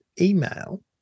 email